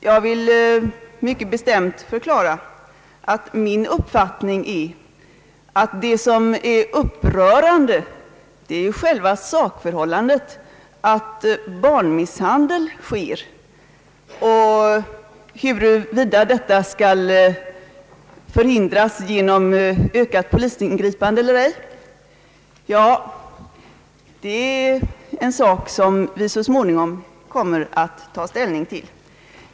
Jag vill mycket bestämt förklara att min uppfattning är att det upprörande är själva sakförhållandet att barnmisshandel sker. Huruvida detta skall förhindras genom ökat polisingripande eller inte är en sak som vi så småningom kommer att ta ställning till.